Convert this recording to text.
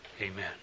amen